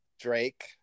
Drake